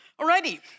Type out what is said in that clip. Alrighty